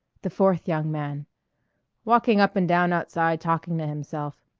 the fourth young man walking up and down outside talking to himself.